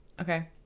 Okay